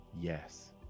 yes